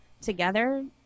together